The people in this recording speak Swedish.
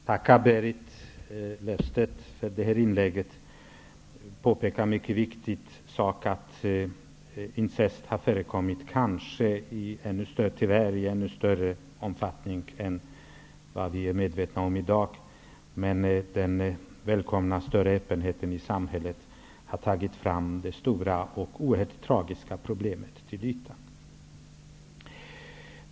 Herr talman! Jag tackar Berit Löfstedt för hennes inlägg. Jag vill påpeka en mycket viktig sak, nämligen att incest tyvärr nog förekommit i mycket större omfattning än vad vi är medvetna om i dag. Den välkomna större öppenheten i samhället har tagit fram det stora och oerhört tragiska problemet till ytan.